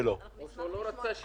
אנחנו נמצאים